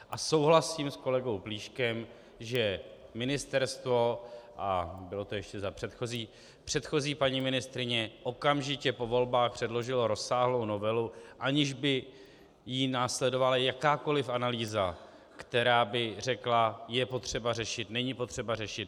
A souhlasím s kolegou Plíškem, že ministerstvo, a bylo to ještě za předchozí paní ministryně, okamžitě po volbách předložilo rozsáhlou novelu, aniž by ji následovala jakákoliv analýza, která by řekla: je potřeba řešit, není potřeba řešit.